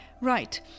Right